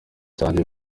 cyanjye